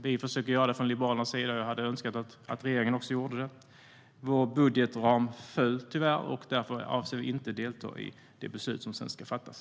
Vi försöker att göra det från Liberalernas sida, och jag hade önskat att regeringen också gjorde det. Vår budgetram föll tyvärr. Därför avser vi inte att delta i det beslut som sedan ska fattas.